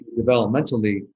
developmentally